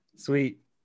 Sweet